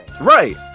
Right